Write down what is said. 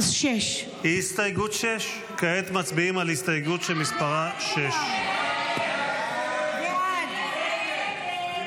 6. הסתייגות 6. כעת מצביעים על הסתייגות שמספרה 6. הסתייגות 6